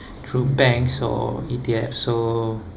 through banks or E_T_F so